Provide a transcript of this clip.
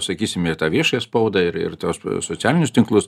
sakysim ir tą viešąją spaudą ir ir tuos socialinius tinklus